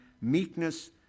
meekness